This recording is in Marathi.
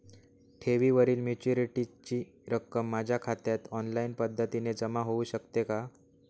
ठेवीवरील मॅच्युरिटीची रक्कम माझ्या खात्यात ऑनलाईन पद्धतीने जमा होऊ शकते का?